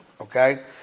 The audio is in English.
Okay